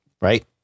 right